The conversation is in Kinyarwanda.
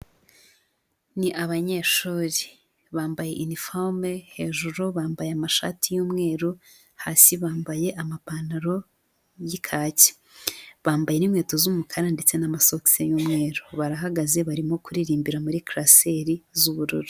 Ni abanyeshuri, bambaye iniforume hejuru, bambaye amashati y'umweru, hasi bambaye amapantaro y'ikaki, bambaye n'inkweto z'umukara ndetse n'amasokisi y'umweru, barahagaze barimo kuririmbira muri karaseri z'ubururu.